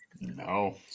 No